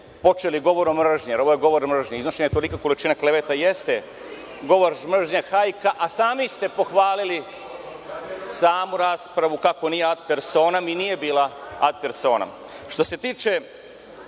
počeli govorom mržnje, jer ovo je govor mržnje. Iznošenje tolike količine kleveta, jeste govor mržnje, hajka, a sami ste pohvalili samu raspravu kako nije ad personam i nije bila ad personam. Što se tiče